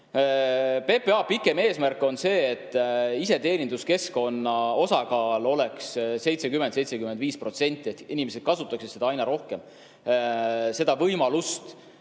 PPA kaugem eesmärk on see, et iseteeninduskeskkonna osakaal oleks 70–75%, et inimesed kasutaksid aina rohkem seda võimalust.